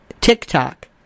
TikTok